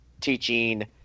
teaching